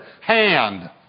hand